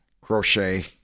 Crochet